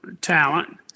talent